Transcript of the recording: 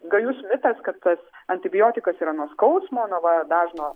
gajus mitas kad tas antibiotikas yra nuo skausmo na va dažno